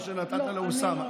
כמו שנתת לאוסאמה.